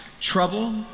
Trouble